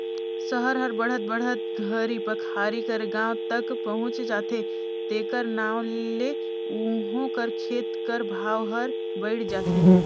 सहर हर बढ़त बढ़त घरी पखारी कर गाँव तक पहुंच जाथे तेकर नांव ले उहों कर खेत कर भाव हर बइढ़ जाथे